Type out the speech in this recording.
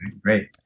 Great